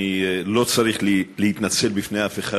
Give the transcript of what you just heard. אני לא צריך להתנצל בפני אף אחד,